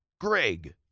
Greg